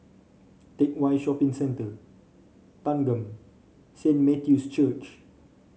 Teck Whye Shopping Centre Thanggam Saint Matthew's Church